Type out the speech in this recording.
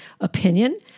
opinion